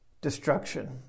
destruction